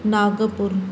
Nagpur